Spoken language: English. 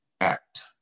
act